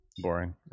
boring